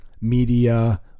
media